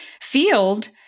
field